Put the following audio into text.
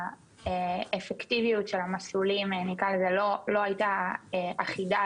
האפקטיביות של המסלולים לא הייתה אחידה,